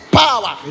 power